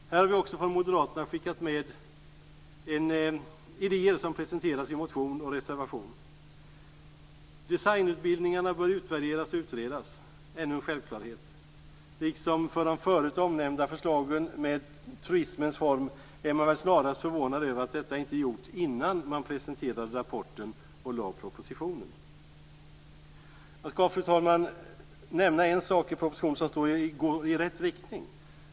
Här har vi också från moderaterna skickat med idéer som presenteras i motion och reservation. Designutbildningarna bör utvärderas och utredas - ännu en självklarhet. Liksom för de förut omnämnda förslagen med truismens form är man väl snarast förvånad över att detta inte har gjorts innan man presenterade rapporten och lade fram propositionen. Fru talman! Jag skall nämna en sak i propositionen som går i rätt riktning.